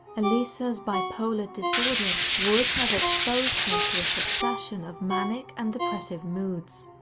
elisa's bipolar disorder would have exposed her to a succession of manic and depressive moods.